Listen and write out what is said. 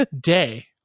day